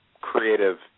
creative